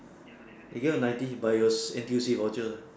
they gave ninety but it was N_T_U_C voucher lah